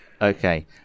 okay